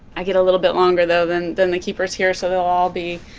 i get a little bit longer, though, than than the keepers here, so they'll all be,